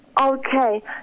Okay